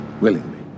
willingly